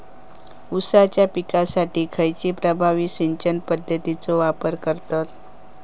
ऊसाच्या पिकासाठी खैयची प्रभावी सिंचन पद्धताचो वापर करतत?